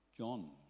John